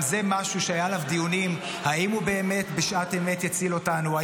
גם זה משהו שהיו עליו דיונים אם הוא באמת יציל אותנו בשעת אמת,